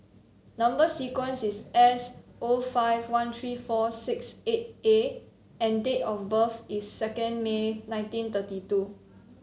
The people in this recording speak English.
number sequence is S O five one three four six eight A and date of birth is second May nineteen thirty two